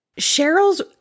Cheryl's